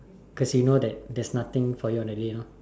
cause you know that there's nothing for your on the day you know